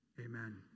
Amen